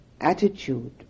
attitude